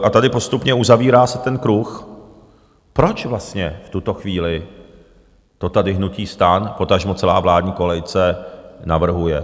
A tady se postupně uzavírá ten kruh: Proč vlastně v tuto chvíli to tady hnutí STAN, potažmo celá vládní koalice, navrhuje?